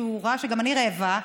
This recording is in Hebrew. שראה שגם אני רעבה,